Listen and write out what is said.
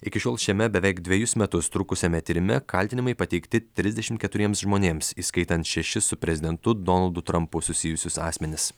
iki šiol šiame beveik dvejus metus trukusiame tyrime kaltinimai pateikti trisdešimt keturiems žmonėms įskaitant šešis su prezidentu donaldu trampu susijusius asmenis